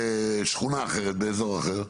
זה בשכונה אחרת, באזור אחר.